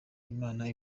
imana